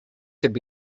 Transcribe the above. could